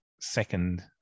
second